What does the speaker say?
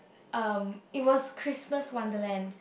um it was Christmas wonderland